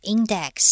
Index